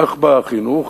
כך בחינוך,